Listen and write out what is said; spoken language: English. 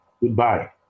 goodbye